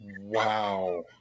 Wow